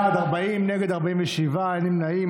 בעד, 40, נגד, 47, אין נמנעים.